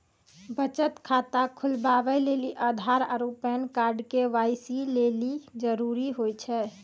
बचत खाता खोलबाबै लेली आधार आरू पैन कार्ड के.वाइ.सी लेली जरूरी होय छै